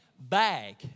bag